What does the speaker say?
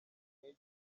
kimwe